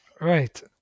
Right